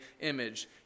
image